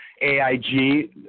AIG